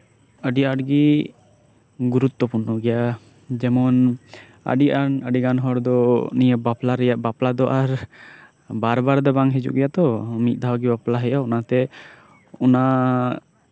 ᱟᱹᱰᱤ ᱟᱸᱴ ᱜᱮ ᱜᱩᱨᱩᱛᱛᱚᱯᱩᱨᱱᱚ ᱜᱮᱭᱟ ᱡᱮᱢᱚᱱ ᱟᱹᱰᱤᱜᱟᱱ ᱟᱹᱰᱤᱜᱟᱱ ᱦᱚᱲ ᱫᱚ ᱱᱤᱭᱟᱹ ᱵᱟᱯᱞᱟ ᱨᱮᱭᱟᱜ ᱵᱟᱯᱞᱟ ᱫᱚ ᱟᱨ ᱵᱟᱨ ᱵᱟᱨ ᱫᱚ ᱵᱟᱝ ᱦᱤᱡᱩᱜ ᱜᱮᱭᱟ ᱛᱚ ᱢᱤᱫᱫᱷᱟᱣ ᱜᱮ ᱵᱟᱯᱞᱟ ᱦᱳᱭᱳᱜᱼᱟ ᱚᱱᱟ ᱛᱮ ᱚᱱᱟ